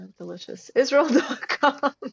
deliciousisrael.com